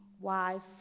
wife